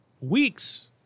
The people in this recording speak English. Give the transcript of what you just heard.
weeks